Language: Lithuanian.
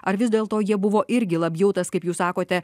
ar vis dėlto jie buvo irgi labiau tas kaip jūs sakote